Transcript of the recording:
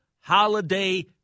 holiday